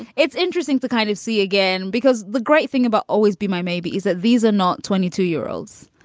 it's interesting to kind of see again, because the great thing about always be my maybe is that these are not twenty two year olds,